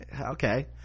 okay